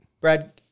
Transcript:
Brad